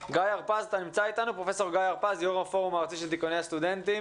אלון גייר, דיקן הסטודנטים